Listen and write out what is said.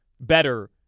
better